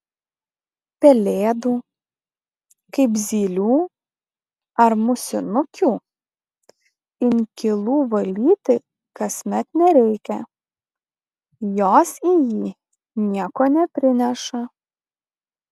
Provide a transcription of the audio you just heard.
pelėdų kaip zylių ar musinukių inkilų valyti kasmet nereikia jos į jį nieko neprineša